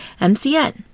MCN